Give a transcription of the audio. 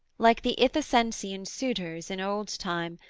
like the ithacensian suitors in old time,